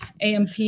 AMP